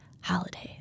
holidays